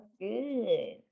good